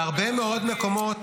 בהרבה מאוד מקומות